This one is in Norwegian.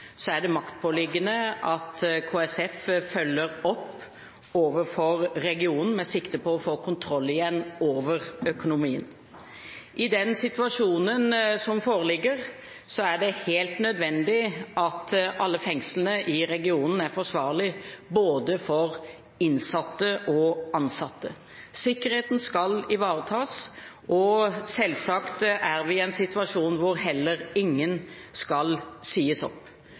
er maktpåliggende at KSF følger opp overfor regionen med sikte på igjen å få kontroll over økonomien. I den situasjonen som foreligger, er det helt nødvendig at alle fengslene i regionen er forsvarlige, både for innsatte og ansatte. Sikkerheten skal ivaretas, og selvsagt er vi i en situasjon hvor heller ingen skal sies opp.